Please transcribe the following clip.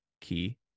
key